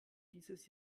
dieses